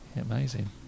Amazing